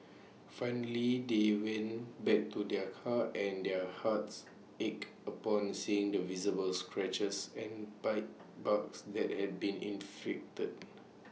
finally they went back to their car and their hearts ached upon seeing the visible scratches and bite marks that had been inflicted